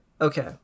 Okay